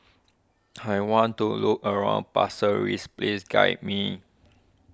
I want to look around please guide me